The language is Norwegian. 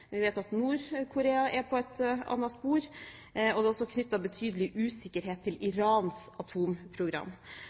på et annet spor, og det er også knyttet betydelig usikkerhet til Irans atomprogram.